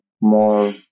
more